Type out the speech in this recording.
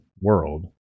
world